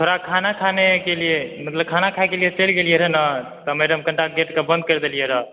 फेर अहाँ खाना खाने के लिय मतलब खाना खाय के लिये चलि गेलिय र ने तऽ मैडम कनिटा गेट के बन्द करि देलिये र